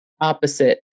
opposite